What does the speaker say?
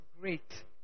great